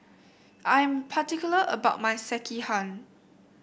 I am particular about my Sekihan